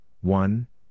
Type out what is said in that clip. one